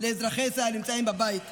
לאזרחי ישראל הנמצאים בבית שאנו,